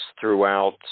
throughout